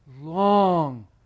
long